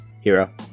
Hero